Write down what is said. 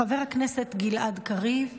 חבר הכנסת גלעד קריב,